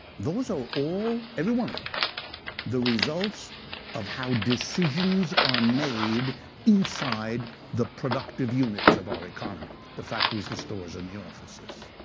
those are all every one of them the results of how decisions are made inside the productive units of our economy, the factories, the stores, and the offices,